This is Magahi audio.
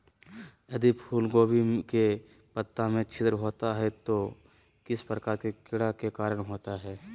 यदि फूलगोभी के पत्ता में छिद्र होता है तो किस प्रकार के कीड़ा के कारण होता है?